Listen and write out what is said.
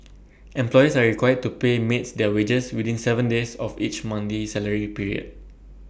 employers are required to pay maids their wages within Seven days of each monthly salary period